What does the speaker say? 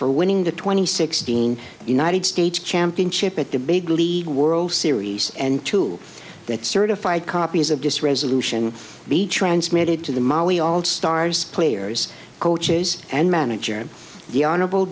for winning the two thousand and sixteen united states championship at the big league world series and to that certified copies of this resolution be transmitted to the molly all stars players coaches and manager and the honorable